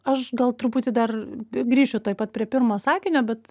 aš gal truputį dar grįšiu tuoj pat prie pirmo sakinio bet